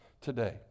today